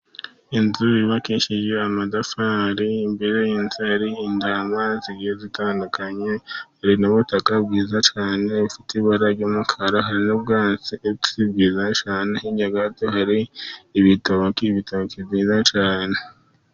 Inzu yubakishije amatafari, imbere y'inzu hari intama zigiye zitandukanye, hari n'ubutaka bwiza cyane bufite ibara ry'umukara, hari n'ubwantsi bwiza cyane, hirya gato hari ibitoki, ibitoki byiza cyane.